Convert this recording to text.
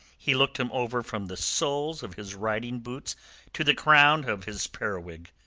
he looked him over from the soles of his riding-boots to the crown of his periwig.